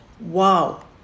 wow